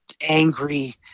angry